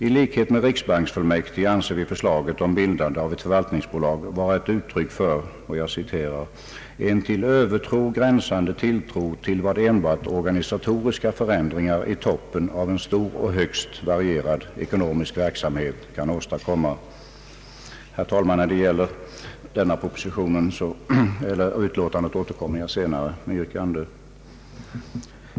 I likhet med riksbanksfullmäktige anser vi förslaget om bildande av ett förvaltningsbolag vara ett uttryck för »en till övertro gränsande tilltro till vad enbart organisatoriska förändringar i toppen av en stor och högst varierad ekonomisk verksamhet kan åstadkomma». Herr talman! När det gäller detta utlåtande återkommer jag senare med ett yrkande.